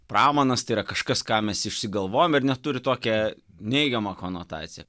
pramanas tai yra kažkas ką mes išsigalvojam ir net turi tokią neigiamą konotaciją